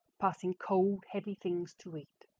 passing cold, heavy things to eat,